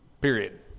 Period